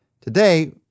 Today